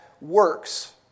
works